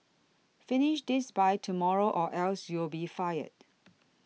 finish this by tomorrow or else you'll be fired